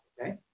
Okay